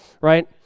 right